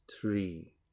three